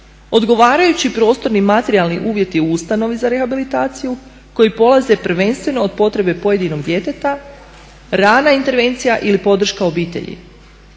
odgovarajući prostorni materijalni uvjeti u ustanovi za rehabilitaciju koji polaze prvenstveno od potrebe pojedinog djeteta, rana intervencija ili podrška obitelji.